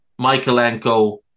Michaelenko